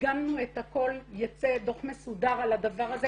איגמנו את הכל, ייצא דוח מסודר על הדבר הזה.